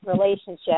relationship